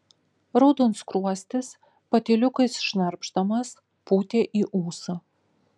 raudonskruostis patyliukais šnarpšdamas pūtė į ūsą